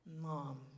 mom